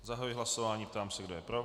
Zahajuji hlasování a ptám se, kdo je pro.